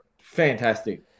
Fantastic